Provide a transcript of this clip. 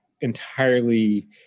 entirely